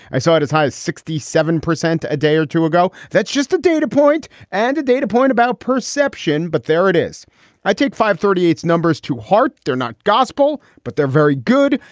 i saw it as high as sixty seven percent a day or two ago. that's just a data point and a data point about perception. but there it is i take fivethirtyeight's numbers to heart. they're not gospel, but they're very good.